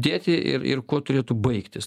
dėti ir ir kuo turėtų baigtis